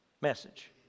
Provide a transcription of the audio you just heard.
message